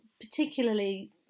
particularly